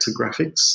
graphics